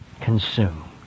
consume